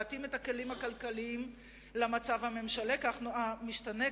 להתאים את הכלים הכלכליים למצב המשתנה.